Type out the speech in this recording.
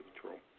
Patrol